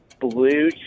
blue